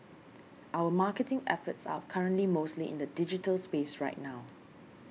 our marketing efforts are currently mostly in the digital space right now